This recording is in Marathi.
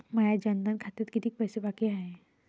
माया जनधन खात्यात कितीक पैसे बाकी हाय?